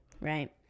Right